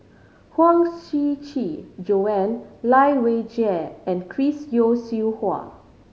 Huang Shiqi Joan Lai Weijie and Chris Yeo Siew Hua